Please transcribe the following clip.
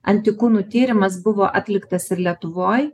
antikūnų tyrimas buvo atliktas ir lietuvoj